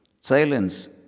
Silence